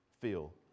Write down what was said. feel